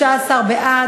19 בעד.